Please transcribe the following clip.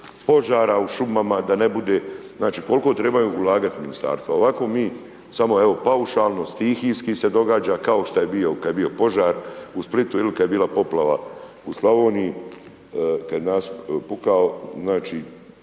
požara u šumama, znači koliko trebaju ulagat ministarstva, ovako mi samo evo paušalno, stihijski se događa kao šta je bio kad je bio požar u Splitu ili kad je bila poplava u Slavoniji kad je nasip pukao znači